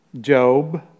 Job